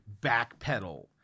backpedal